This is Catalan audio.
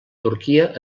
turquia